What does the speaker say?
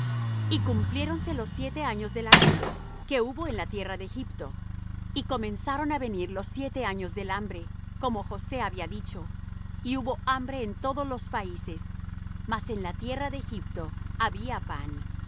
y cumpliéronse los siete años de la hartura que hubo en la tierra de egipto y comenzaron á venir los siete años del hambre como josé había dicho y hubo hambre en todos los países mas en toda la tierra de egipto había pan